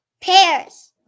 pears